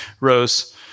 rose